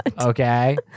okay